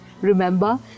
remember